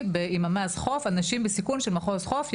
עם ממ"ז חוף על נשים בסיכון של מחוז חוף,